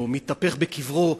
או מתהפך בקברו,